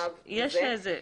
תנאיו ואגרות),